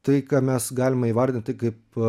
tai ką mes galime įvardinti kaip